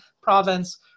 province